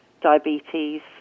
diabetes